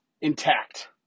intact